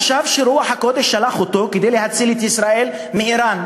חשב שרוח הקודש שלחה אותו כדי להציל את ישראל מאיראן.